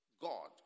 God